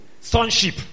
sonship